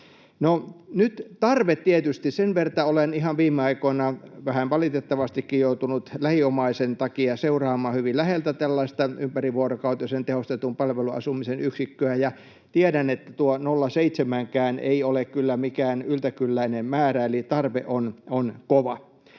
tarve tietysti… Sen verta olen ihan viime aikoina vähän valitettavastikin joutunut lähiomaisen takia seuraamaan hyvin läheltä tällaista ympärivuorokautisen tehostetun palveluasumisen yksikköä, että tiedän, että tuo 0,7:kään ei ole kyllä mikään yltäkylläinen määrä, eli tarve on kova.